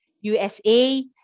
USA